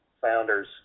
founders